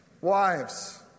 Wives